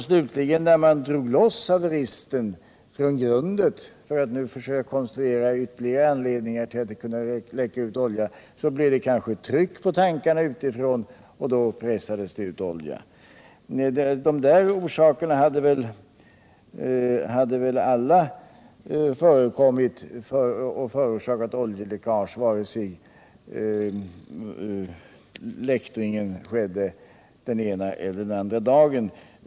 Slutligen när man drog loss haveristen från grundet — för att nu försöka konstruera ytterligare anledningar till att det läckte ut olja — blev det kanske ett tryck på tankarna utifrån, och då pressades det ut olja. Dessa orsaker hade väl alla förekommit 57 och orsakat oljeläckage vare sig läktringen skett den ena eller andra dagen.